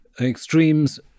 extremes